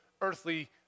earthly